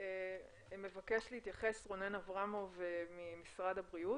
מבקש להתייחס רונן אברמוב ממשרד הבריאות,